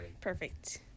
Perfect